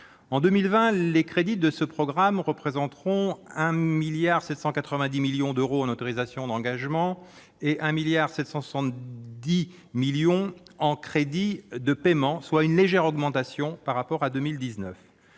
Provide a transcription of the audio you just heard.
En 2020, les crédits de ce programme représenteront 1,79 milliard d'euros en autorisations d'engagement et 1,77 milliard en crédits de paiement, soit une légère augmentation par rapport à 2019.